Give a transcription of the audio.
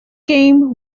game